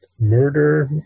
murder